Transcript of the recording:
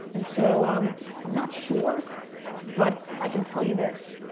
and so um i'm not sure but i can tell you this.